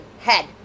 head